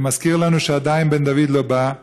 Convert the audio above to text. זה מזכיר לנו שעדיין בן דוד לא בא,